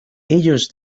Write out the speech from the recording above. ellos